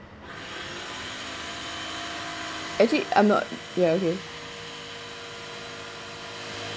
actually I'm not ya okay